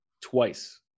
Twice